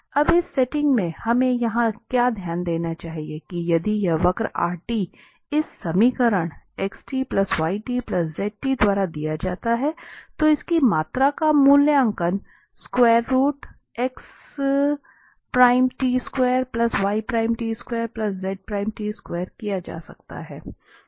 अब इस सेटिंग में हमें यहां क्या ध्यान देना चाहिए कि यदि यह वक्र r इस समीकरण द्वारा दिया जाता है तो इसकी मात्रा का मूल्यांकन किया जा सकता है